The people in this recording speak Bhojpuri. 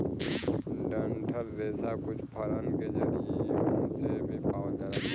डंठल रेसा कुछ फलन के डरियो से भी पावल जाला